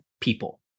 people